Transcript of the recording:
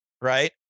right